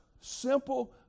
Simple